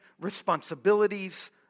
responsibilities